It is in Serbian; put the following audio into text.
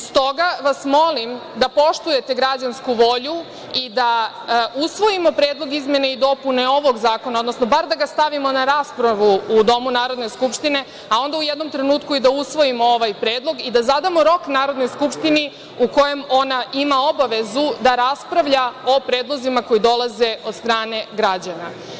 Stoga vas molim da poštujete građansku volju i da usvojimo Predlog izmene i dopune ovog zakona, odnosno bar da ga stavimo na raspravu u domu Narodne skupštine, a onda u jednom trenutku i da usvojimo ovaj predlog i da zadamo rok Narodnoj skupštini u kojem ona ima obavezu da raspravlja o predlozima koji dolaze od strane građana.